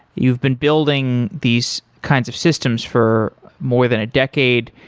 you've been building these kinds of systems for more than a decade.